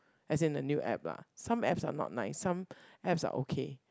as in the new app lah some apps are not nice some apps are okay